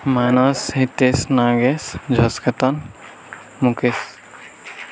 ମାନସ ହିତେଶ ନାଗେଶ ଜସ୍କତନ ମୁକେଶ